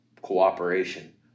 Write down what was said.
cooperation